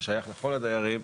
ששייך לכל הדיירים.